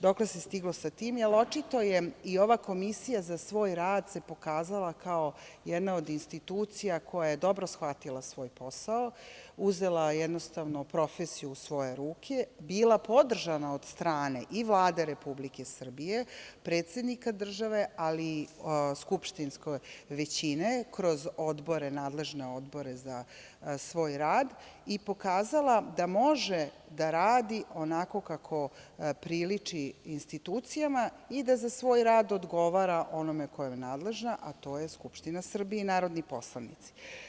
Dokle se stiglo sa tim, jer očito je i ova komisija za svoj rad se pokazala kao jedna od institucija koja je dobro shvatila svoj posao, uzela profesiju u svoje ruke, bila podržana i od strane Vlade Republike Srbije, predsednika države, ali i skupštinske većine kroz odbore, nadležne odbore za svoj rad i pokazala da može da radi onako kako priliči institucijama i da za svoj rad odgovara onome kome je nadležna, a to je Skupština Srbije i narodni poslanici.